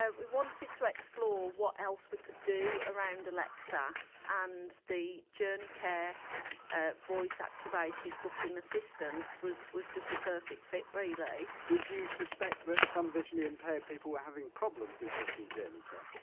ah we wanted to explore what else we could do around alexa and the journey care ah voice activated booking assistance was was just the perfect fit really did you suspect that some visually impaired people were having problems with booking journey care?